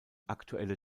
aktuelle